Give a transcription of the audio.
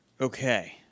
Okay